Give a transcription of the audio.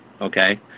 okay